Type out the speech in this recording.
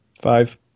Five